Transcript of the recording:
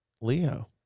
Leo